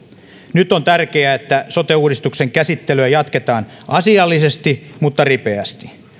nyt on tärkeää että sote uudistuksen käsittelyä jatketaan asiallisesti mutta ripeästi